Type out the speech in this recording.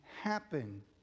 happen